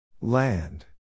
Land